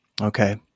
Okay